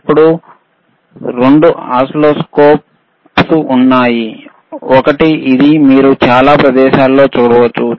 ఇప్పుడు 2 ఓసిల్లోస్కోప్లు ఉన్నాయి ఒకటి ఇది మీరు చాలా ప్రదేశాలలో చూడవచ్చు